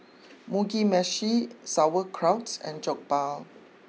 Mugi Meshi Sauerkraut and Jokbal